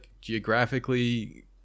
Geographically